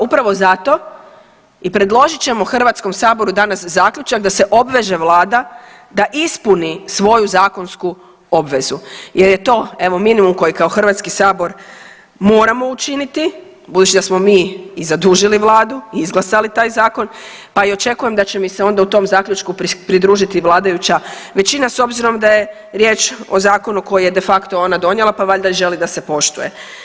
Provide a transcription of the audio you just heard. Upravo zato i predložit ćemo Hrvatskom saboru danas zaključak da se obveže Vlada da ispuni svoju zakonsku obvezu jer je to evo minimum koji kao Hrvatski sabor moramo učiniti budući da smo mi i zadužili Vladu, izglasali taj zakon pa i očekujem da će mi se onda u tom zaključku pridružiti vladajuća većina s obzirom da je riječ o zakonu koji je ona de facto donijela, pa valjda želi i da se poštuje.